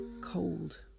cold